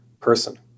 person